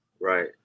Right